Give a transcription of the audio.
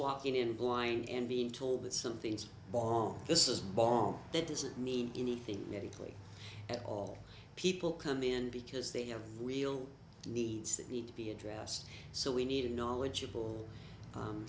walking in blind and being told that something's bomb this is bomb that isn't mean anything medically at all people come in because they have real needs that need to be addressed so we need a knowledgeable